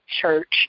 church